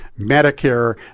Medicare